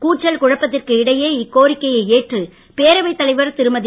கூச்சல் குழப்பத்திற்கு இடையே இக்கோரிக்கையை ஏற்று பேரவைத் தலைவர் திருமதி